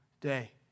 day